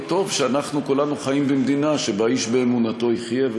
וטוב שאנחנו כולנו חיים במדינה שבה איש באמונתו יחיה,